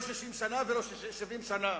לא 60 שנה ולא 70 שנה.